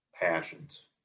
passions